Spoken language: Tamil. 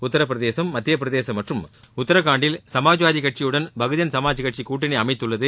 உத்தரப் பிரதேசும் மத்தியப் பிரதேசும் மற்றும் உத்தராகண்டில் சமாஜ்வாதி கட்சியுடன் பகுஜன் சமாஜ் கட்சி கூட்டணி அமைத்துள்ளது